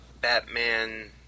Batman